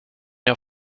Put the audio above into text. jag